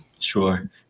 sure